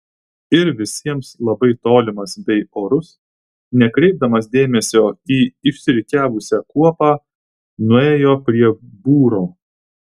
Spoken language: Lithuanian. ir visiems labai tolimas bei orus nekreipdamas dėmesio į išsirikiavusią kuopą nuėjo prie būro